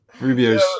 Rubio's